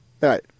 Right